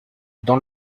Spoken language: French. dans